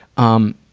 um,